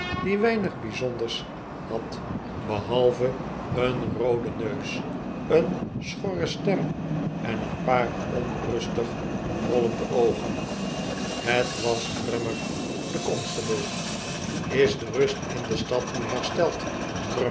die weinig bijzonders had behalve een rooden neus een schorre stem en een paar onrustig rollende oogen het was grummer de constable is de rust in de stad nu hersteld